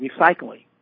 recycling